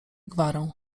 gwarą